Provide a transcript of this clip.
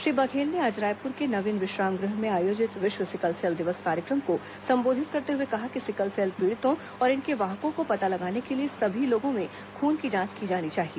श्री बघेल ने आज रायपुर के नवीन विश्राम गृह में आयोजित विश्व सिकल सेल दिवस कार्यक्रम को संबोधित करते हुए कहा कि सिकल सेल पीड़ितों और इसके वाहकों को पता लगाने के लिए सभी लोगों के खून की जांच की जानी चाहिए